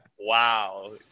Wow